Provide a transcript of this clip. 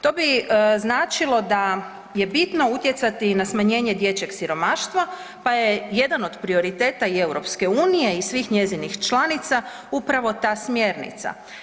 To bi značilo da je bitno utjecati na smanjenje dječjeg siromaštva pa je jedan od prioriteta i EU i svih njezinih članica upravo ta smjernica.